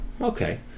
Okay